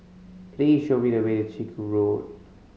please show me the way Chiku Road